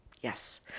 Yes